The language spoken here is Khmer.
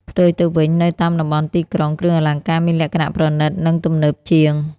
ផ្ទុយទៅវិញ នៅតាមតំបន់ទីក្រុង គ្រឿងអលង្ការមានលក្ខណៈប្រណិត និងទំនើបជាង។